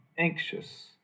Anxious